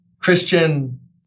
Christian